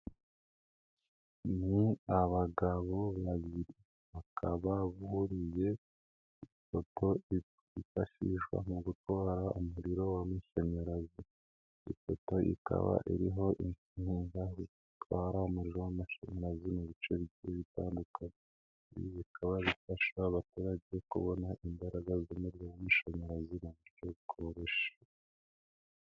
Ni abagabo babiri bakaba buriye ipoto ryifashishwa mu gutwara umuriro w'amashanyarazi, ipoto ikaba iriho ibyuma bitwara umuriro w'amashanyarazi mu bice bigiye bitandukanye, ibi bikaba bifasha abaturage kubona imbaraga z'umuriro w'amashanyarazi mu buryo bwororoshye.